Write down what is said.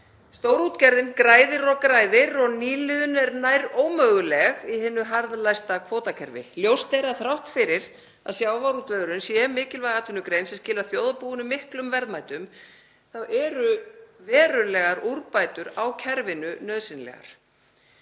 Stórútgerðin græðir og græðir og nýliðun er nær ómöguleg í hinu harðlæsta kvótakerfi. Ljóst er að þrátt fyrir að sjávarútvegurinn sé mikilvæg atvinnugrein sem skilar þjóðarbúinu miklum verðmætum þá eru verulegar úrbætur á kerfinu nauðsynlegar.